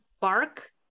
bark